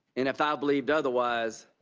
if i believed otherwise,